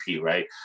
Right